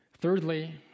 Thirdly